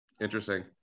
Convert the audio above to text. Interesting